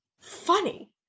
funny